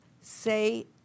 say